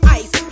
ice